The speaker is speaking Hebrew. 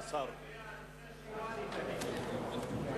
מה